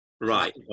Right